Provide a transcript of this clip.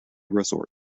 resort